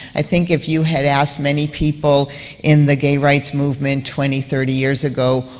i think if you had asked many people in the gay rights movement twenty, thirty years ago,